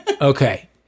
Okay